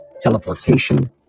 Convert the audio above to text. teleportation